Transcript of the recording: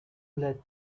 let